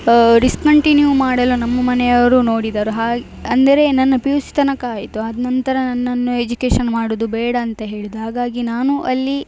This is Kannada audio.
ಡಿಸ್ಕಂಟಿನ್ಯೂ ಮಾಡಲು ನಮ್ಮ ಮನೆಯವರು ನೋಡಿದರು ಹಾ ಅಂದರೆ ನನ್ನ ಪಿ ಯು ಸಿ ತನಕ ಆಯಿತು ಆದ ನಂತರ ನನ್ನನ್ನು ಎಜುಕೇಶನ್ ಮಾಡುವುದು ಬೇಡಂತ ಹೇಳಿದ್ದು ಹಾಗಾಗಿ ನಾನು ಅಲ್ಲಿ